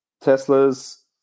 tesla's